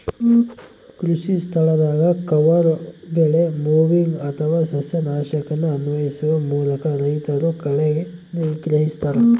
ಕೃಷಿಸ್ಥಳದಾಗ ಕವರ್ ಬೆಳೆ ಮೊವಿಂಗ್ ಅಥವಾ ಸಸ್ಯನಾಶಕನ ಅನ್ವಯಿಸುವ ಮೂಲಕ ರೈತರು ಕಳೆ ನಿಗ್ರಹಿಸ್ತರ